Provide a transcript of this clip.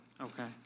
Okay